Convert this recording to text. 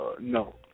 No